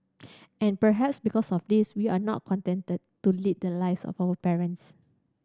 and perhaps because of this we are not contented to lead the lives of our parents